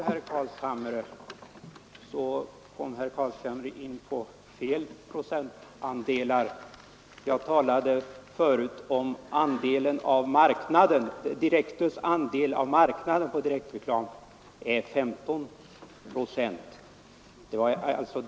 Fru talman! Nu kommer herr Carlshamre in på fel procentandelar. Jag talade förut om andelen av marknaden, och Direktus andel av marknaden för direktreklam är 15 procent.